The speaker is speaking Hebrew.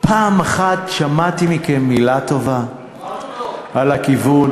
פעם אחת שמעתי מכם מילה טובה על הכיוון,